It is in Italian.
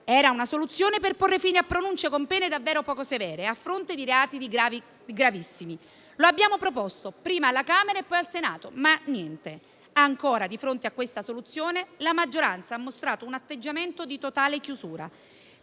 deputati, per porre fine a pronunce con pene davvero poco severe a fronte di reati gravissimi. Lo abbiamo proposto prima alla Camera dei deputati e poi al Senato, ma niente: anche di fronte a questa soluzione la maggioranza ha mostrato un atteggiamento di totale chiusura.